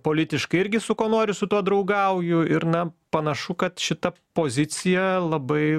politiškai irgi su kuo noriu su tuo draugauju ir na panašu kad šita pozicija labai